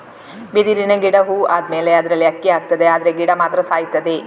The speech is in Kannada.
ಬಿದಿರು ಗಿಡ ಹೂ ಆದ್ಮೇಲೆ ಅದ್ರಲ್ಲಿ ಅಕ್ಕಿ ಆಗ್ತದೆ ಆದ್ರೆ ಗಿಡ ಮಾತ್ರ ಸಾಯ್ತದೆ